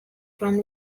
from